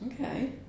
Okay